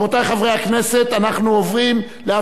33 בעד, אין מתנגדים, אין נמנעים.